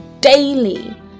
daily